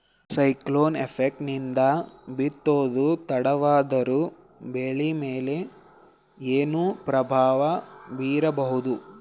Cyclone effect ನಿಂದ ಬಿತ್ತೋದು ತಡವಾದರೂ ಬೆಳಿ ಮೇಲೆ ಏನು ಪ್ರಭಾವ ಬೀರಬಹುದು?